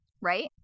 right